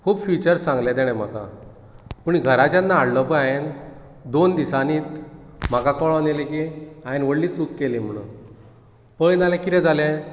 खूब फिचर सांगले तेंणें म्हाका पूण घरा जेन्ना हाडलो पळय हांयेन दोन दिसांनी म्हाका कळोन येलें की हांयेन व्हडली चूक केली म्हणून पळयत जाल्यार कितें जाले